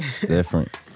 different